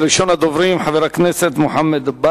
2101,